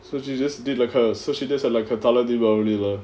so she just did like her Thala deepavali